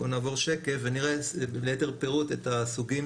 בוא נעבור שקף ונראה ביתר פירוט את הסוגים